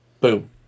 boom